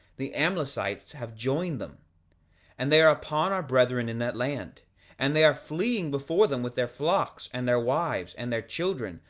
the amlicites have joined them and they are upon our brethren in that land and they are fleeing before them with their flocks, and their wives, and their children,